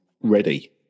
ready